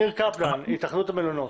ניר קפלן, התאחדות המלונות.